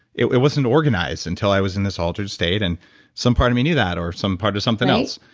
it it wasn't organized until i was in this altered state and some part of me knew that or some part of something else.